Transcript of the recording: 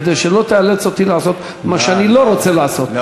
כדי שלא תאלץ אותי לעשות מה שאני לא רוצה לעשות,